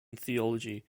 theology